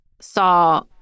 saw